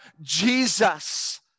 Jesus